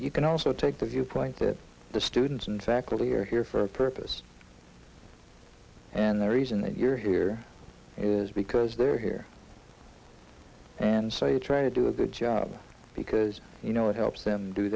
you can also take the viewpoint that the students and faculty are here for a purpose and the reason that you're here is because they're here and say trying to do a good job because you know it helps